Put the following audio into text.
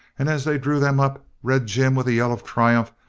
and as they drew them up, red jim, with a yell of triumph,